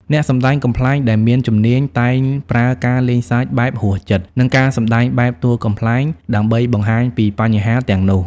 អ្នកសម្ដែងកំប្លែងដែលមានជំនាញតែងប្រើការលេងសើចបែបហួសចិត្ត និងការសម្ដែងបែបតួកំប្លែង ដើម្បីបង្ហាញពីបញ្ហាទាំងនោះ។